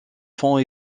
font